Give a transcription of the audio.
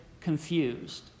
confused